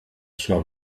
sua